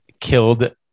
killed